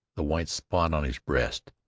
the white spot on his breast,